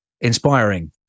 inspiring